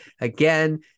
Again